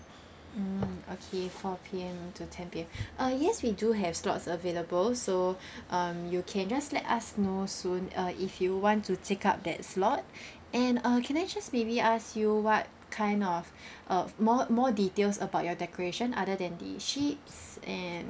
mm okay four P_M to ten P_M uh yes we do have slots available so um you can just let us know soon uh if you want to take up that slot and uh can I just maybe ask you what kind of uh more more details about your decoration other than the ships and